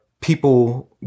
people